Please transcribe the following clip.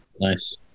nice